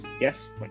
Yes